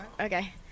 Okay